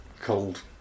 Cold